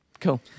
cool